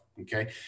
okay